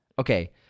Okay